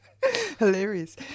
Hilarious